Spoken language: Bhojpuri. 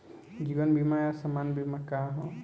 जीवन बीमा आ सामान्य बीमा का ह?